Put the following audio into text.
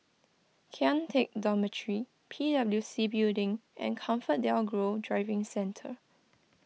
Kian Teck Dormitory P W C Building and Comfort Delgro Driving Centre